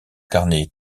carnet